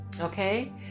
Okay